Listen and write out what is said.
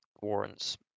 warrants